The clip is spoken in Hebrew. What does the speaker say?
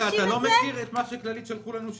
אתה לא מכיר את מה שכללית שלחו לנו,